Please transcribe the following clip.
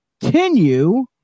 continue